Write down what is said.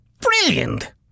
Brilliant